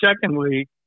secondly